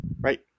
right